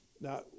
now